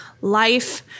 Life